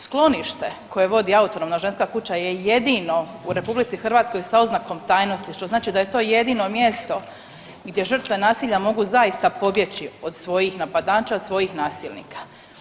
Sklonište koje vodi Autonomna ženska kuća je jedino u RH sa oznakom tajnosti što znači da je to jedino mjesto gdje žrtve nasilja mogu zaista pobjeći od svojih napadača, svojih nasilnika.